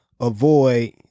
avoid